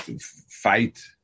fight